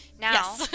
now